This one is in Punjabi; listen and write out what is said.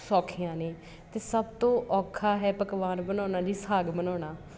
ਸੌਖੀਆਂ ਨੇ ਅਤੇ ਸਭ ਤੋਂ ਔਖਾ ਹੈ ਪਕਵਾਨ ਬਣਾਉਣਾ ਜੀ ਸਾਗ ਬਣਾਉਣਾ